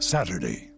Saturday